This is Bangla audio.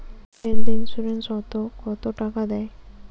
হেল্থ ইন্সুরেন্স ওত কত টাকা দেয়?